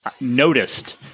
noticed